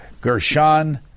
Gershon